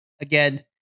Again